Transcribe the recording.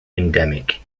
endemic